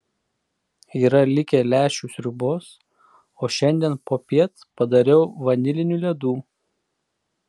yra likę lęšių sriubos o šiandien popiet padariau vanilinių ledų